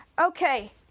Okay